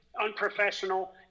unprofessional